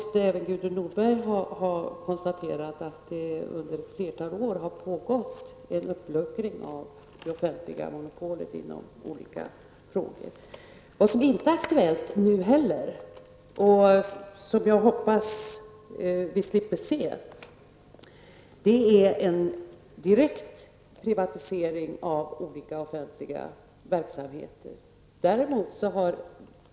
Även Gudrun Norberg måste ha konstaterat att det under ett flertal år har pågått en uppluckring av det offentliga monopolet på olika områden. Vad som däremot inte är aktuellt och som jag hoppas att vi slipper se är en direkt privatisering av olika offentliga verksamheter.